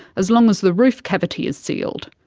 as long as the roof cavity is sealed.